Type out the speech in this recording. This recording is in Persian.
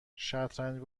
شطرنج